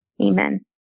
Amen